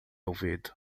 ouvido